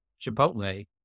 Chipotle